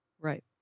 Right